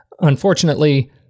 Unfortunately